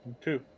two